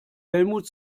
helmut